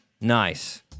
nice